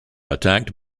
attacked